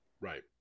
Right